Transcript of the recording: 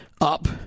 up